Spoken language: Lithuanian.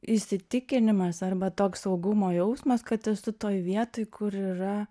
įsitikinimas arba toks saugumo jausmas kad esu toj vietoj kur yra